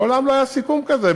מעולם לא היה סיכום כזה.